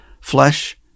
flesh